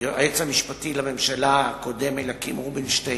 שהיועץ המשפטי לממשלה הקודם, אליקים רובינשטיין,